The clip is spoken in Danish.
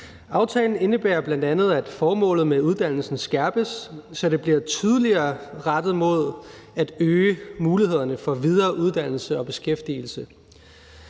Aftalen indebærer bl.a., at formålet med uddannelsen skærpes, så det bliver tydeligere rettet mod at øge mulighederne for videre uddannelse og beskæftigelse.